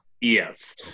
Yes